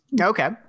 Okay